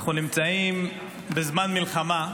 אנחנו נמצאים בזמן מלחמה,